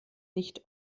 nicht